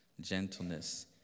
gentleness